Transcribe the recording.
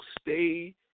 stay